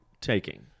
taking